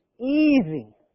easy